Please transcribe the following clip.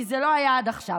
כי זה לא היה עד עכשיו.